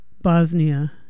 Bosnia